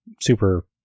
super